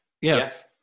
Yes